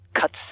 cuts